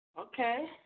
Okay